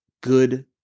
good